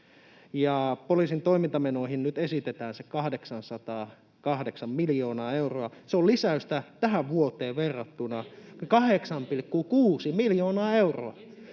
Poliisin toimintamenoihin esitetään nyt 808 miljoonaa euroa. Se on lisäystä tähän vuoteen verrattuna 8,6 miljoonaa euroa.